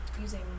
using